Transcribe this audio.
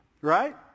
Right